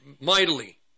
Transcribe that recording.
mightily